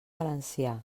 valencià